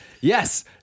yes